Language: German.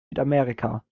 südamerika